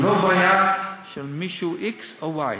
זו לא בעיה של מישהו, x או y.